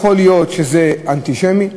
יכול להיות שזה אנטישמי,